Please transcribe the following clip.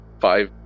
five